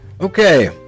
Okay